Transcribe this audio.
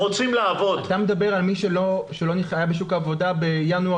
אתה מדבר על מי שלא היה בשוק העבודה בינואר